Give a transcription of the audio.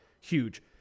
Huge